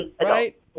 Right